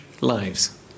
lives